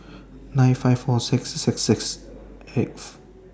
nine five four six six six eight